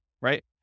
right